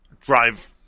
drive